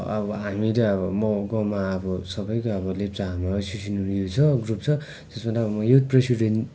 अब हामी चाहिँ अब म गाउँमा अब सबैको अब लेप्चा हाम्रो एसोसिएसन उयो छ ग्रुप छ त्यसमा त अब म युथ प्रेसिडेन्ट